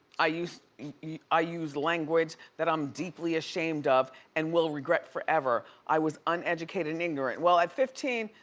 i used yeah i used language that i'm deeply ashamed of, and will regret forever. i was uneducated and ignorant. well at fifteen,